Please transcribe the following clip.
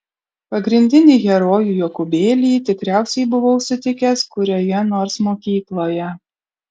pagrindinį herojų jokūbėlį tikriausiai buvau sutikęs kurioje nors mokykloje